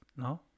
No